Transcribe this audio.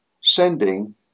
sending